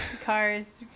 cars